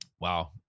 Wow